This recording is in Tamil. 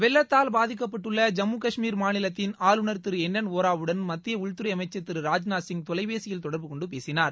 வெள்ளத்தால் பாதிக்கப்பட்டுள்ள ஜம்மு கஷ்மீர் மாநிலத்தின் ஆளுநர் திரு என் என் ஒராவுடன் மத்திய உள்துறை அமைச்சர் திரு ராஜ்நாத் சிங் தொலைபேசியில் தொடர்பு கொண்டு பேசினார்